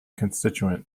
constituent